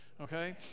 okay